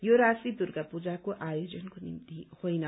यो राशी दुर्गा पूजाको आयोजनको निम्ति होइन